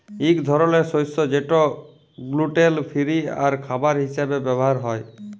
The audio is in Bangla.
ইক ধরলের শস্য যেট গ্লুটেল ফিরি আর খাবার হিসাবে ব্যাভার হ্যয়